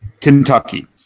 Kentucky